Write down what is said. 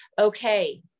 okay